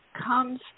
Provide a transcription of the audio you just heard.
comes